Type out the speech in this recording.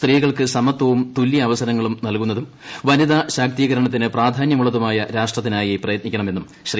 സ്ത്രീകൾക്ക് സമത്വവും തുല്യ അവസരങ്ങളും നൽകുന്നതും വനിതാ ശാക്തീകരണത്തിന് പ്രധാന്യമുള്ളതുമായ രാഷ്ട്രത്തിനായി പ്രയത്നിക്കണമെന്നും ശ്രീ